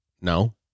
No